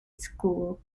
school